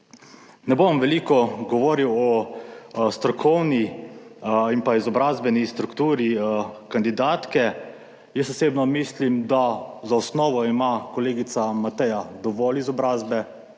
Ne bom veliko govoril o strokovni in pa izobrazbeni strukturi kandidatke. Jaz osebno mislim, da za osnovo ima kolegica Mateja dovolj izobrazbe,